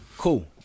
cool